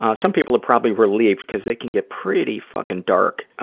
ah some people are probably relieved, cuz they can get pretty fucking dark.